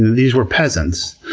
these were peasants.